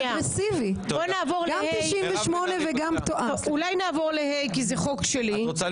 אולי נעבור ל-ה' כי זה חוק שלי.